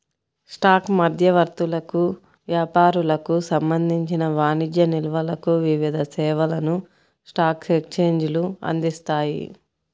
stock మధ్యవర్తులకు, వ్యాపారులకు సంబంధించిన వాణిజ్య నిల్వలకు వివిధ సేవలను స్టాక్ ఎక్స్చేంజ్లు అందిస్తాయి